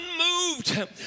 unmoved